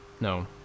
No